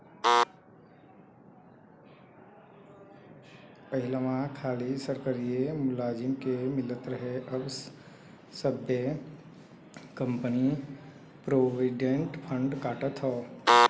पहिलवा खाली सरकारिए मुलाजिम के मिलत रहे अब सब्बे कंपनी प्रोविडेंट फ़ंड काटत हौ